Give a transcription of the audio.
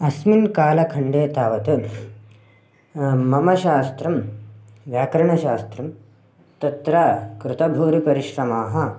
अस्मिन् कालखण्डे तावत् मम शास्त्रं व्याकरणशास्त्रं तत्र कृतभूरिपरिश्रमाः